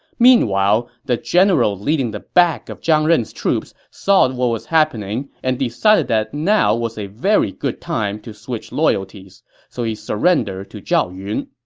meanwhile, the general leading the back of zhang ren's troops saw what was happening and decided that now was a very good time to switch loyalties, so he surrendered to zhao yun.